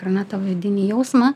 ar ne tą vidinį jausmą